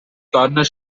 corner